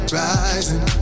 rising